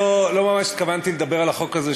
לא ממש התכוונתי לדבר על החוק הזה,